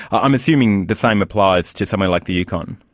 i'm assuming the same applies to somewhere like the yukon.